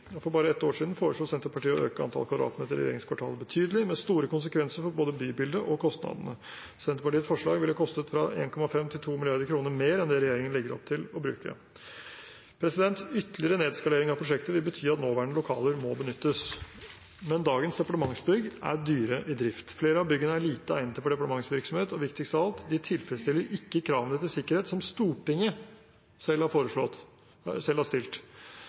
å øke antall kvadratmeter i regjeringskvartalet betydelig – med store konsekvenser for både bybildet og kostnadene. Senterpartiets forslag ville kostet 1,5–2 mrd. kr mer enn det regjeringen legger opp til å bruke. Ytterligere nedskalering av prosjektet vil bety at nåværende lokaler må benyttes. Men dagens departementsbygg er dyre i drift. Flere av byggene er lite egnet til departementsvirksomhet. Og viktigst av alt: De tilfredsstiller ikke kravene til sikkerhet som Stortinget selv har